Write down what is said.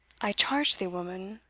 i charge thee, woman,